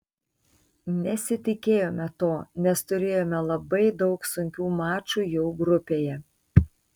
nesitikėjome to nes turėjome labai daug sunkių mačų jau grupėje